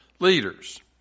Leaders